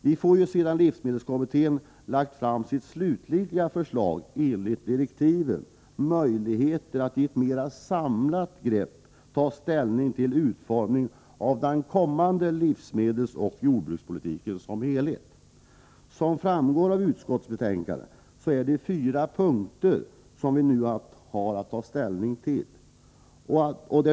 Vi får, sedan livsmedelskommittén lagt fram sitt slutgiltiga förslag enligt direktiven, möjlighet att i ett mera samlat grepp ta ställning till utformningen av den kommande livsmedelsoch jordbrukspolitiken som helhet. Som framgår av utskottsbetänkandet är det på fyra punkter som vi nu har att ta ställning.